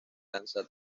danza